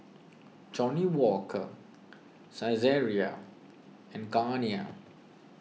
Johnnie Walker Saizeriya and Garnier